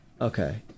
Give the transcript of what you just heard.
Okay